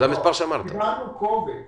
קיבלנו קובץ